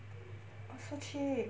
oh so cheap